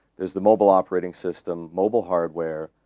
there's the mobile operating system, mobile hardware,